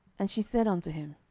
and she said unto him,